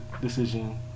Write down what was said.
decision